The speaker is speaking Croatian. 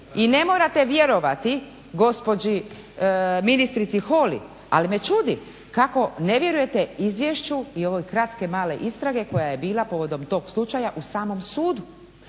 i ne morate vjerovati gospođi ministrici Holy, ali me čudi kako ne vjerujete izvješću i ove kratke male istrage koja je bila povodom tog slučaja u samom sudu,